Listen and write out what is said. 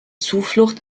zuflucht